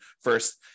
first